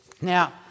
Now